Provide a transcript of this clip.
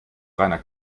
reiner